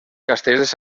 castellers